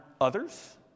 others